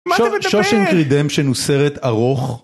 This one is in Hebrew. מה אתה מדבר Shawshank Redemption הוא סרט ארוך